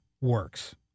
works